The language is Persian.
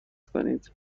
کنید